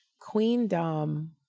queendom